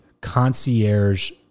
concierge